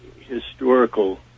historical